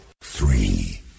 three